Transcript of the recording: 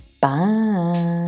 Bye